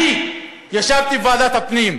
אני ישבתי בוועדת הפנים,